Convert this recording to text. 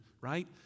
right